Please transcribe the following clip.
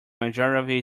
majority